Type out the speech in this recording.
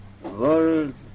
world